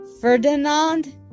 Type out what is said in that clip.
ferdinand